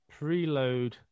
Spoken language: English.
preload